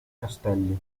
castelli